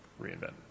Reinvent